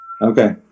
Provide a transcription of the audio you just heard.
Okay